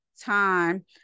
time